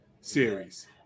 series